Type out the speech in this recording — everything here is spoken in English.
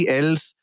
else